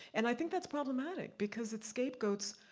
and i think that's problematic, because it scapegoats,